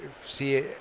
see